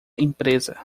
empresa